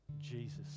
jesus